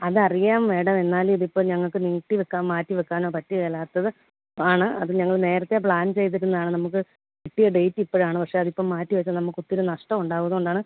അതറിയാം മേഡം എന്നാലും ഇതിപ്പം ഞങ്ങൾക്ക് നീട്ടി വെക്കാം മാറ്റി വെക്കാനോ പറ്റുകയില്ലാത്തത് ആണ് അതു ഞങ്ങൾ നേരത്തെ പ്ലാന് ചെയ്തിരുന്നതാണ് നമുക്ക് കിട്ടിയ ഡേറ്റ് ഇപ്പോഴാണ് പക്ഷെ അതിപ്പം മാറ്റി വെച്ചാൽ നമുക്കൊത്തിരി നഷ്ടം ഉണ്ടാവും അതുകൊണ്ടാണ്